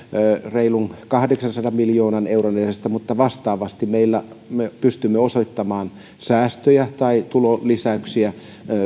reilun kahdeksansadan miljoonan euron edestä mutta vastaavasti pystymme osoittamaan säästöjä tai tulonlisäyksiä